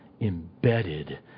embedded